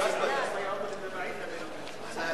חוק לתיקון פקודת הרוקחים (מס' 21),